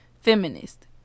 Feminist